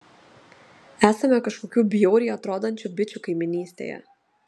esame kažkokių bjauriai atrodančių bičų kaimynystėje